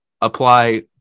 apply